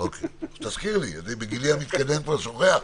תזכיר לי, בגילי המתקדם אני שוכח,